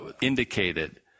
indicated